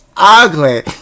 ugly